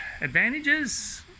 advantages